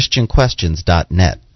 ChristianQuestions.net